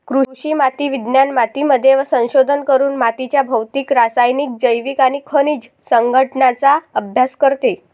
कृषी माती विज्ञान मातीमध्ये संशोधन करून मातीच्या भौतिक, रासायनिक, जैविक आणि खनिज संघटनाचा अभ्यास करते